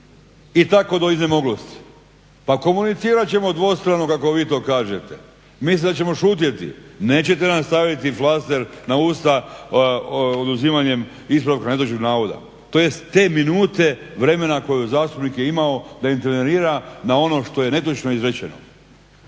i tako do iznemoglosti, pa komunicirat ćemo dvostrano kako vi to kažete. Mislite da ćemo šutjeti, nećete nam staviti flaster na usta oduzimanjem ispravka netočnog navoda tj. te minute vremena koju je zastupnik imao da intervenira na ono što je netočno izrečeno.